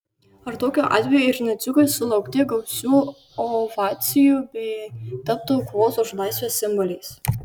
ar tokiu atveju ir naciukai susilaukti gausių ovacijų bei taptų kovos už laisvę simboliais